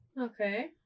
Okay